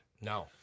No